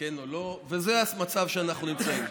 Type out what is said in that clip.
כן או לא, וזה המצב שבו אנחנו נמצאים.